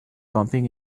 bumping